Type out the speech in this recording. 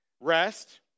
rest